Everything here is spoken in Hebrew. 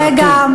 רגע, רגע.